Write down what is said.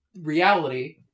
reality